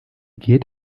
geht